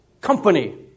company